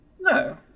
No